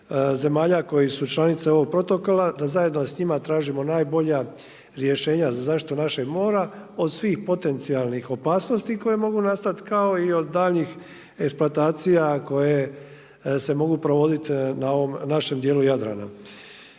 zemalja koji su članice ovog protokola, da zajedno sa njima tražimo najbolja rješenja za zaštitu našeg mora od svih potencijalnih opasnosti koje mogu nastati kao i od daljnjih eksploatacija koje se mogu provodit na ovom našem dijelu Jadrana.